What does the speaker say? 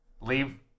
leave